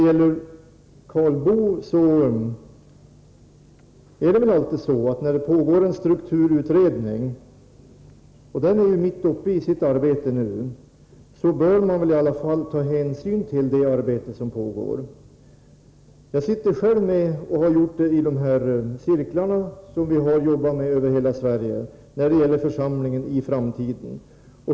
Till Karl Boo: När det pågår en strukturutredning — i detta fall är den nu mitt uppe i sitt arbete — bör man väl i alla fall ta hänsyn till det arbete som pågår? Jag sitter själv med i de här cirklarna, som arbetar över hela Sverige när det gäller församlingen i framtiden.